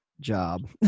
job